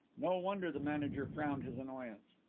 no wonder the manager frowned his annoyance.